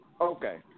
Okay